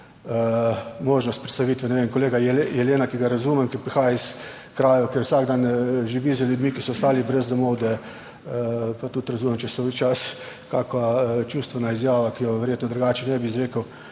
možnost predstavitve, ne vem, kolega Jelena, ki ga razumem, ki prihaja iz krajev, kjer vsak dan živi z ljudmi, ki so ostali brez domov, da pa tudi razumem, če se včasih kakšna čustvena izjava, ki jo verjetno drugače ne bi izrekel,